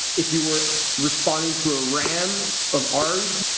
if you were responding to a ram of ours,